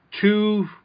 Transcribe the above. two